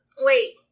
Wait